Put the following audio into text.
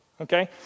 okay